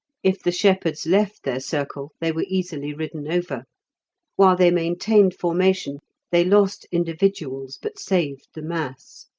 if the shepherds left their circle they were easily ridden over while they maintained formation they lost individuals, but saved the mass.